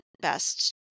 best